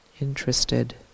Interested